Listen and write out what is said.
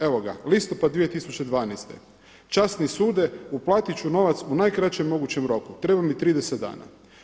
Evo ga, listopad 2012. časni sude uplatit ću novac u najkraćem mogućem roku, treba mi 30 dana.